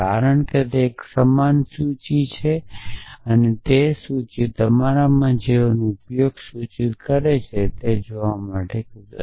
કારણ કે તે એક સમાન સૂચિ જેવી સૂચિ છે જે તમારામાંના જેઓ ઉપયોગની સૂચિનો ઉપયોગ કરી રહ્યા છે તે જોવા માટે ખુશ છે